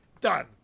done